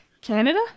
Canada